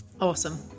Awesome